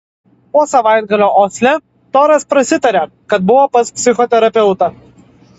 po savaitgalio osle toras prasitarė kad buvo pas psichoterapeutą